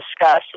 discuss